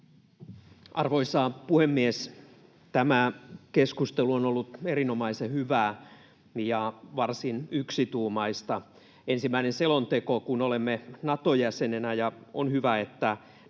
Arvoisa puhemies! Tämä keskustelu on ollut erinomaisen hyvää ja varsin yksituumaista. Ensimmäinen selonteko, kun olemme Nato-jäsenenä, ja on hyvä, että